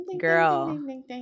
girl